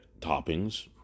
toppings